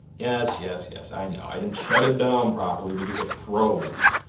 yes yes yes i know. i didn't shut it down properly because it froze.